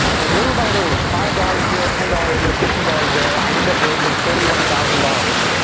and little by little, five dollars here, ten dollars here, fifteen dollars there, i ended up raising thirty one thousand dollars.